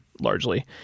largely